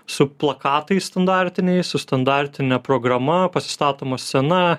su plakatais standartiniais su standartine programa pasistatoma scena